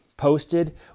posted